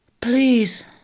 Please